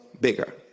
bigger